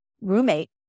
roommate